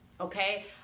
okay